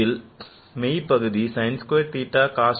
இதன் மெய் பகுதி sin squared theta cos 2 phi